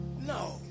No